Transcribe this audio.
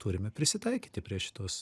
turime prisitaikyti prie šitos